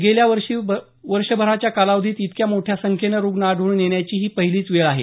गेल्या वर्ष भराच्या कालावधीत इतक्या मोठ्या संख्येनं रुग्ण आढळून येण्याची ही पहिलीच वेळ आहे